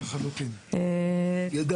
יש גם